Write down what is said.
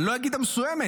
אני לא אגיד המסוימת,